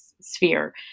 sphere